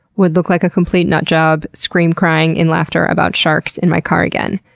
would look like a complete nutjob scream crying in laughter about sharks in my car again.